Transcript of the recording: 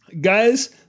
Guys